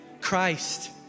Christ